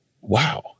Wow